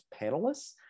panelists